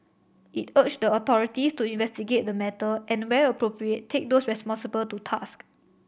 it urged the authorities to investigate the matter and where appropriate take those responsible to task